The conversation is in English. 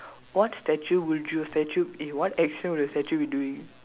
what statue would you statue eh what action would your statue be doing